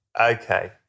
Okay